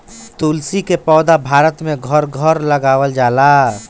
तुलसी के पौधा भारत में घर घर लगावल जाला